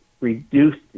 reduced